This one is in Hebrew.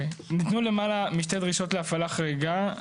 כתוב פה שניתנו למעלה משתי דרישות להפעלה חריגה.